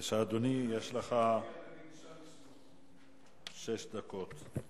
בבקשה, אדוני, יש לך שש דקות.